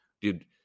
Dude